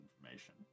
information